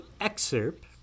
excerpt